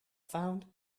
found